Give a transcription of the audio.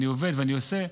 אני עובד ואני עושה,